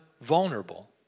vulnerable